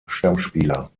stammspieler